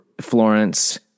Florence